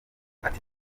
ati